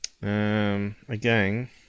Again